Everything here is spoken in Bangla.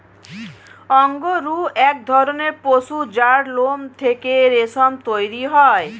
অঙ্গরূহ এক ধরণের পশু যার লোম থেকে রেশম তৈরি হয়